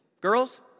Girls